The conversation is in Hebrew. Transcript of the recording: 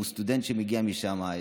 אם הוא סטודנט שמגיע משם,